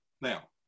Now